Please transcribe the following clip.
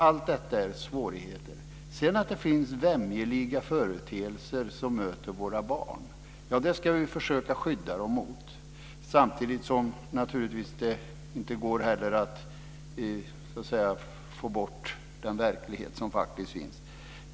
Allt detta är svårt. Sedan finns det vämjeliga företeelser som möter våra barn, och det ska vi försöka skydda dem mot. Men samtidigt går det inte att få bort den verklighet som faktiskt finns.